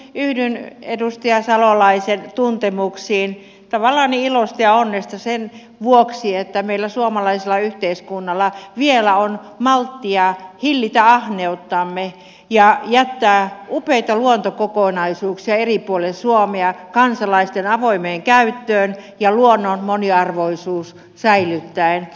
yhdyn edustaja salolaisen tuntemuksiin tavallaan ilosta ja onnesta sen vuoksi että meillä suomalaisella yhteiskunnalla vielä on malttia hillitä ahneuttamme ja jättää upeita luontokokonaisuuksia eri puolille suomea kansalaisten avoimeen käyttöön ja luonnon moniarvoisuus säilyttäen